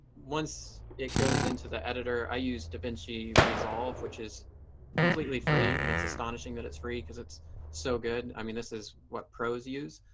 once it goes into the editor, i used to davinci resolve, which is completely free. and it's astonishing that it's free because it's so good. i mean, this is what pros use.